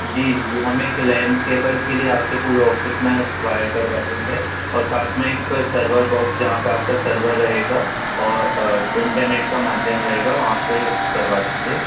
जी जी जी हम एक लैन केबल के लिए आपके पूरे ऑफिस में वायर करवा देंगे और साथ में एक सर्वर बॉक्स जहाँ पर आपका सर्वर रहेगा और इन्टरनेट का माध्यम रहेगा वहाँ पर करवा देंगे